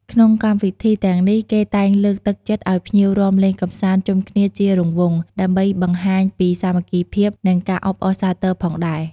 ក្នុងកម្មវិធីទាំងនេះ គេតែងលើកទឹកចិត្តឱ្យភ្ញៀវរាំលេងកំសាន្តជុំគ្នាជារង្វង់ ដើម្បីបង្ហាញពីសាមគ្គីភាព និងការអបអរសាទរផងដែរ។